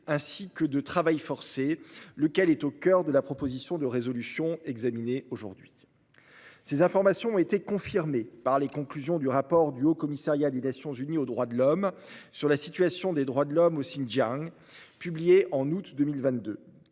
ainsi que de travail forcé, sujet au coeur de la proposition de résolution examinée aujourd'hui. Ces informations ont été confirmées par les conclusions du rapport du Haut-Commissariat des Nations unies aux droits de l'homme sur la situation des droits de l'homme au Xinjiang, publié en août 2022.